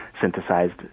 synthesized